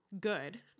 good